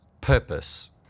purpose